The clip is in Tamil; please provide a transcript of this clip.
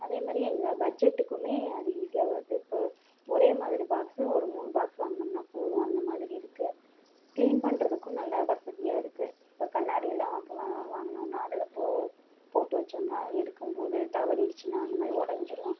அதே மாதிரி எங்கள் பட்ஜெட்டுக்கும் அது ஈஸியாக வருது இப்போது ஒரே மாதிரி பாக்ஸ் ஒரு மூணு பாக்ஸ் வாங்குனோம்னா போதும் அந்த மாதிரி இருக்குது கிளீன் பண்ணுறதுக்கும் நல்லா வசதியாக இருக்குது இப்போ கண்ணாடியெல்லாம் அப்போது வாங்குனோம்னா அதெல்லாம் போ போட்டு வச்சோன்னா எடுக்கும் போது தவறிடுச்சின்னா அந்த மாதிரி உடைஞ்சிரும்